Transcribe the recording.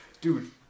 Dude